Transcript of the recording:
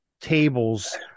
tables